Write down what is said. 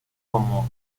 como